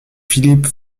philippe